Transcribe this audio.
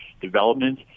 development